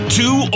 two